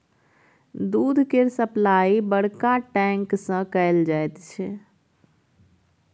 दूध केर सप्लाई बड़का टैंक सँ कएल जाई छै